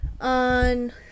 on